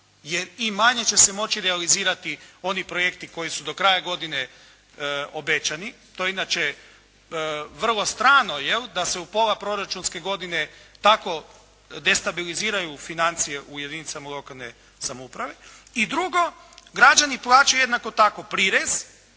i manje će se moći realizirati oni projekti koji su do kraja godine obećani, to je inače vrlo strano da se u pola proračunske godine tako destabiliziraju financije u jedinicama lokalne samouprave. I drugo, građani plaćaju jednako tako prirez